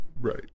Right